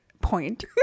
point